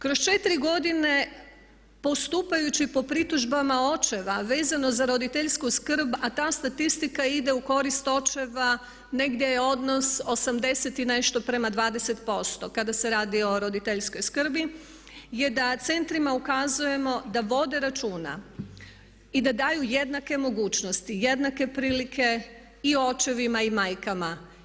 Kroz četiri godine postupajući po pritužbama očeva vezano za roditeljsku skrb a ta statistika ide u korist očeva, negdje je odnos 80 i nešto prema 20% kada se radi o roditeljskoj skrbi je da centrima ukazujemo da vode računa i da daju jednake mogućnosti, jednake prilike i očevima i majkama.